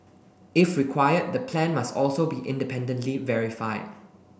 if required the plan must also be independently verified